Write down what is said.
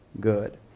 good